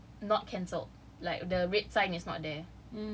it's not cancelled like the red sign is not there